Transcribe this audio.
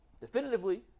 definitively